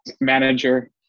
Manager